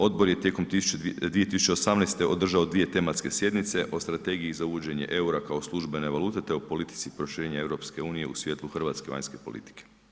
Odbor je tijekom 2018. održao dvije tematske sjednice o Strategiji za uvođenje eura kao službene valute, te o politici proširenja EU u svjetlu hrvatske vanjske politike.